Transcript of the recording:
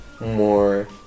more